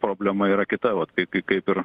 problema yra kita vat kai kai kaip ir